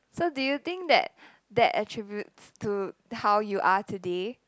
so do you think that that attributes to how you are today